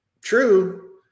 true